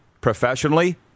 professionally